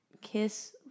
Kiss